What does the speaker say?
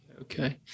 Okay